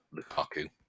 Lukaku